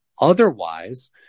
Otherwise